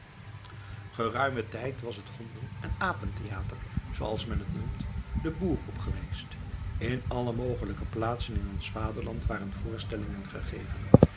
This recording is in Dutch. geruimen tijd was het honden en apentheater zooals men het noemt den boer op geweest in alle mogelijke plaatsen in ons vaderland waren voorstellingen gegeven